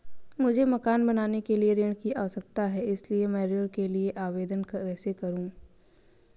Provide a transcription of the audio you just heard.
मुझे मकान बनाने के लिए ऋण की आवश्यकता है इसलिए मैं ऋण के लिए आवेदन कैसे करूं?